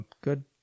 good